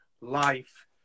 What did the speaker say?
life